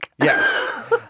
Yes